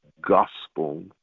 gospel